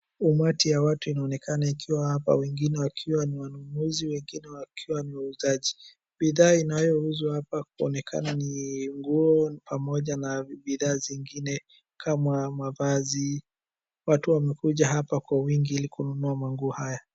Umati ya watu inaonekana ikiwa hapa, wengine wakiwa ni wanunuzi, wengine wakiwa ni wauzaji. Bidhaa inayouzwa hapa kuonekana ni nguo pamoja na bidhaa zingine kama mavazi. Watu wamekuja hapa kwa wingi ili kununua manguo haya.